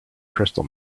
crystal